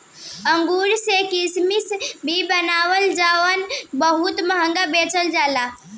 अंगूर से किसमिश भी बनेला जवन बहुत महंगा बेचल जाला